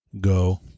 go